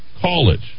college